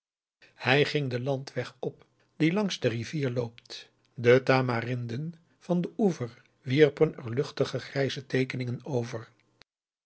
hij ging den landweg op die langs de rivier loopt de tamarinden van den oever wierpen er luchtige grijze teekeningen over